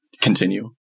continue